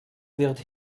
wird